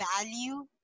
value